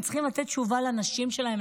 הם צריכים לתת תשובה לנשים שלהם,